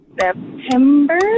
September